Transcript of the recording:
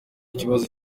ikibazo